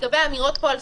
לגבי אמירות על סוכה,